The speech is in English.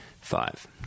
Five